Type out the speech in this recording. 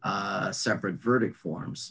a separate verdict forms